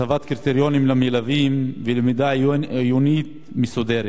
הצבת קריטריונים למלווים ולמידה עיונית מסודרת.